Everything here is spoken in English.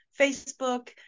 Facebook